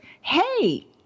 hey